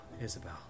Isabel